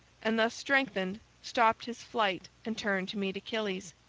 and thus strengthened stopped his flight and turned to meet achilles.